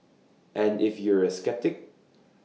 and if you're A sceptic